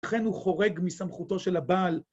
לכן הוא חורג מסמכותו של הבעל.